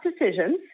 decisions